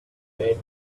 made